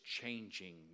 changing